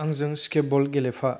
आंजों स्केबल गेलेफा